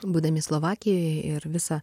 būdami slovakijoje ir visą